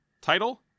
Title